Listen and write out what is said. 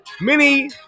Mini